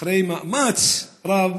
אחרי מאמץ רב